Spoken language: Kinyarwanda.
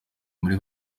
muri